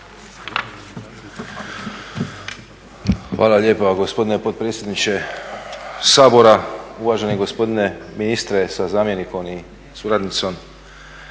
Hvala lijepa gospodine potpredsjedniče Sabora, uvaženi gospodine ministre sa zamjenikom i suradnicom,